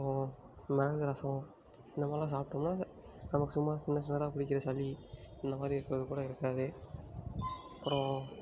அப்புறம் மிளகு ரசம் இந்தமாதிரிலாம் சாப்பிட்டோம்னா நமக்கு சும்மா சின்ன சின்னதாக பிடிக்கிற சளி இந்தமாதிரி இருக்கிறது கூட இருக்காது அப்புறம்